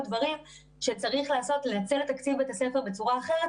דברים שצריך לעשות לנצל את תקציב בית הספר בצורה אחרת